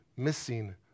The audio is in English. missing